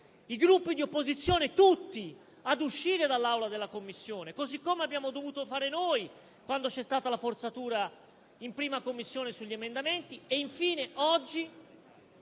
i Gruppi di opposizione ad uscire dalla Commissione, così come abbiamo dovuto fare noi quando c'è stata la forzatura in 1a Commissione sugli emendamenti.